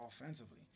offensively